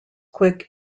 quick